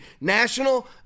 national